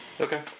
Okay